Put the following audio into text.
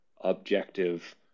objective